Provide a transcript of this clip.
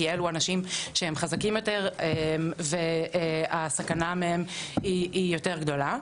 כי אלו אנשים שהם חזקים יותר והסכנה מהם היא יותר גדולה.